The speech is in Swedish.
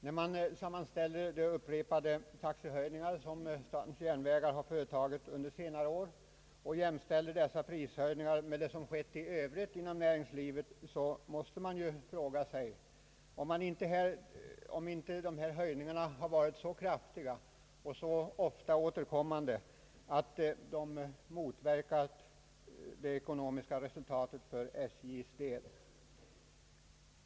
När man sammanställer de upprepade taxehöjningar som statens järnvägar har företagit under senare år och jämför dem med de prishöjningar som ägt rum inom näringslivet i övrigt, måste man dock fråga sig om inte taxehöjningarna varit så kraftiga och så ofta återkommande, att de motverkat det ekonomiska resultatet för SJ:s del.